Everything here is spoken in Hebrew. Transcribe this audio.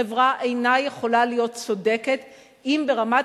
חברה אינה יכולה להיות צודקת אם ברמת